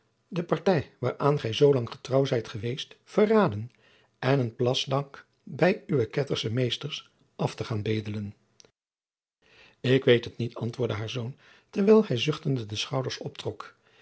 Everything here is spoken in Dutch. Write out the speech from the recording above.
de partij waaraan gij zoo lang getrouw zijt jacob van lennep de pleegzoon geweest verraden en een plasdank bij uwe kettersche meesters af gaan bedelen ik weet het niet antwoordde haar zoon terwijl hij zuchtende de schouders optrok